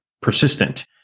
persistent